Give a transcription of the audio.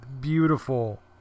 beautiful